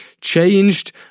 changed